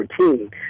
14